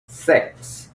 six